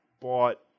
bought